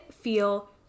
feel